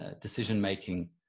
decision-making